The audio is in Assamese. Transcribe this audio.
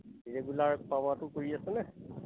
ৰেগুলাৰ খোৱা বোৱাটো কৰি আছেনে